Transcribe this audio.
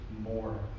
more